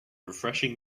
refreshing